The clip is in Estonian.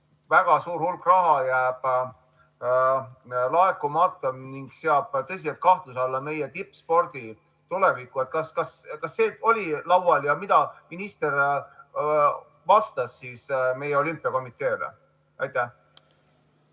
väga suur hulk raha jääb laekumata ning see seab tõsise kahtluse alla meie tippspordi tuleviku. Kas see oli laual ja mida minister vastas meie olümpiakomiteele? Aitäh!